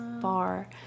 far